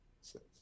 Six